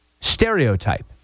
stereotype